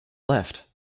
left